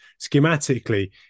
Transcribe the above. schematically